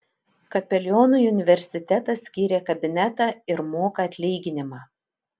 kapelionui universitetas skyrė kabinetą ir moka atlyginimą